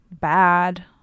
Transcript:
bad